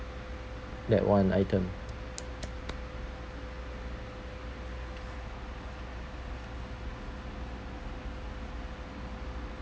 that one item